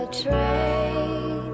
train